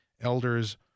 Elders